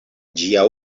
ĝia